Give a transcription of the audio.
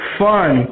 fun